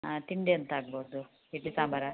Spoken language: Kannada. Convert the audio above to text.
ಹಾಂ ತಿಂಡಿ ಎಂಥ ಆಗ್ಬೌದು ಇಡ್ಲಿ ಸಾಂಬಾರು